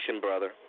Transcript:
brother